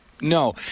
no